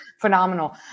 Phenomenal